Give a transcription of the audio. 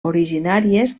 originàries